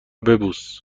ببوس